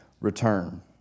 return